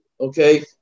Okay